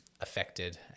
affected